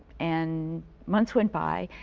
and months went by.